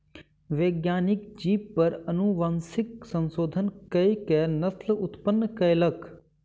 वैज्ञानिक जीव पर अनुवांशिक संशोधन कअ के नस्ल उत्पन्न कयलक